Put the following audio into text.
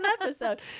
episode